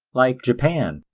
like japan,